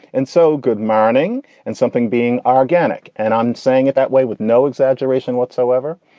and so good morning. and something being organic. and i'm saying it that way with no exaggeration whatsoever.